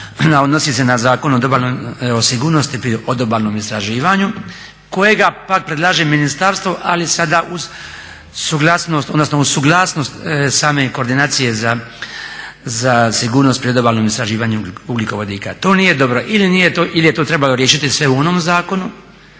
odnosi se na Zakon o sigurnosti pri odobalnom istraživanju kojega pak predlaže ministarstvo, ali sada uz suglasnost same koordinacije za sigurnost pri odobalnom istraživanju ugljikovodika. To nije dobro ili je to trebalo riješiti sve u onom zakonu